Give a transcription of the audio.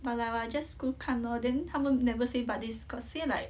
but like like just go 看咯 then 他们 never say but they s~ got say like